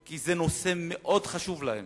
כי זה נושא מאוד חשוב להם